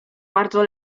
bardzo